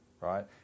right